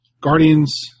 Guardians